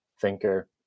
thinker